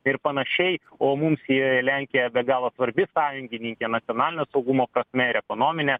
ir panašiai o mums joje lenkija be galo svarbi sąjungininkė nacionalinio saugumo prasme ir ekonomine